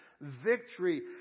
victory